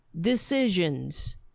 decisions